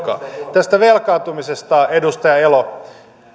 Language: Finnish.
tästä velkaantumisesta edustaja elo